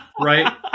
right